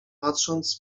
patrząc